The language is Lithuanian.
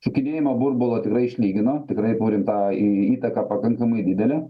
sukinėjimą burbulo tikrai išlygino tikrai buvo rimta į įtaka pakankamai didelė